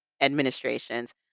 administrations